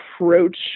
approach